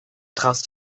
traust